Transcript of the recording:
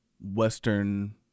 western